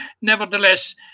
nevertheless